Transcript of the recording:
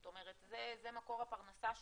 זאת אומרת זה מקור הפרנסה שלהם,